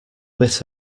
bit